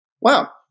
Wow